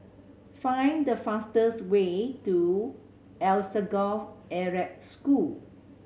find the fastest way to Alsagoff Arab School